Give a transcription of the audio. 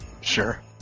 Sure